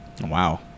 wow